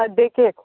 birthday cake